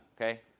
okay